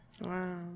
Wow